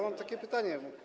Mam takie pytanie.